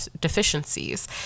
deficiencies